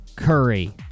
curry